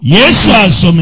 Jesus